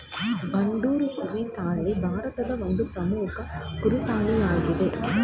ಬಂಡೂರು ಕುರಿ ತಳಿ ಭಾರತದ ಒಂದು ಪ್ರಮುಖ ಕುರಿ ತಳಿಯಾಗಿದೆ